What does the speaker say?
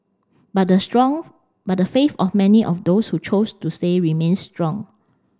but the strong but the faith of many of those who chose to say remains strong